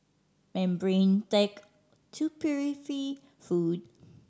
membrane tech to purify food